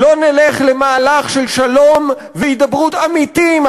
לא נלך למהלך של שלום והידברות אמיתי עם